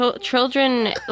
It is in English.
children